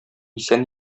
исән